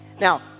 Now